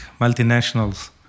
multinationals